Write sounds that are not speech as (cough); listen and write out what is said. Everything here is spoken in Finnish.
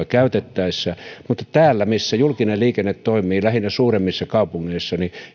(unintelligible) käytettäessä mutta täällä missä julkinen liikenne toimii lähinnä suurimmissa kaupungeissa